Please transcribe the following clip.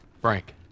Frank